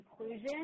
inclusion